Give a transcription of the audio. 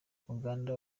uganda